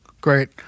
great